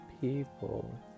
people